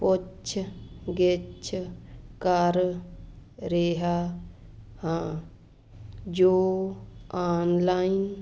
ਪੁੱਛ ਗਿੱਛ ਕਰ ਰਿਹਾ ਹਾਂ ਜੋ ਆਨਲਾਈਨ